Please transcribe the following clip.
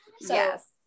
yes